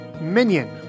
Minion